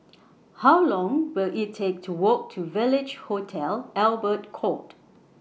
How Long Will IT Take to Walk to Village Hotel Albert Court